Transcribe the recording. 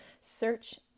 search